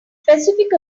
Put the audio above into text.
specific